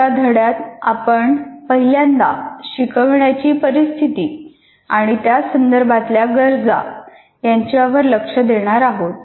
पुढच्या धड्यात आपण पहिल्यांदा शिकवण्याची परिस्थिती आणि त्या संदर्भातल्या गरजा यांच्यावर लक्ष देणार आहोत